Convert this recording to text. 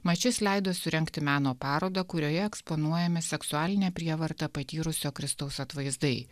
mat šis leido surengti meno parodą kurioje eksponuojami seksualinę prievartą patyrusio kristaus atvaizdai